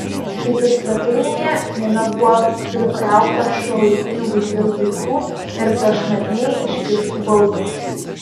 kaip ir svetainėje jame buvo prikrauta šiuolaikinių buities daiktų ir prašmatniai išpieštų baldų